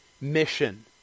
mission